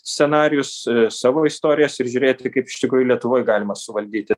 scenarijus savo istorijas ir žiūrėti kaip iš tikrųjų lietuvoj galima suvaldyti